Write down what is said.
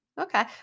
Okay